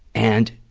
and,